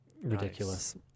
Ridiculous